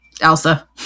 Elsa